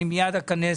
אני מייד אכנס